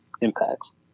impacts